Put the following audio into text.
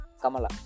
Kamala